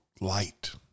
light